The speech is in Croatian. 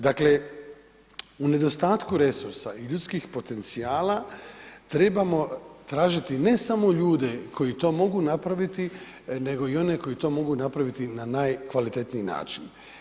Dakle, u nedostatku resursa i ljudskih potencijala trebamo tražiti ne samo ljude koji to mogu napraviti, nego i one koji to mogu napraviti na najkvalitetniji način.